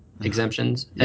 exemptions